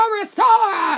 restore